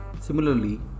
Similarly